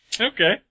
Okay